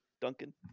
Duncan